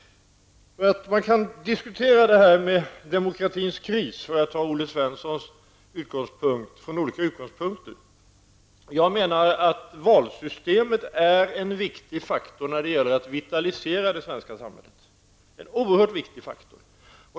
Man kan diskutera demokratins kris, för att nu ta Olle Svenssons utgångspunkt, ur olika infallsvinklar. Jag menar att valsystemet är en viktig faktor när det gäller att vitalisera det svenska samhället, en oerhört viktig faktor.